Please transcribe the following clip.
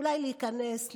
אולי להיכנס,